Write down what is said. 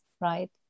Right